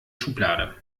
schublade